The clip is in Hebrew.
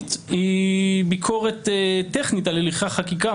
השלישית היא ביקורת טכנית על הליכי החקיקה,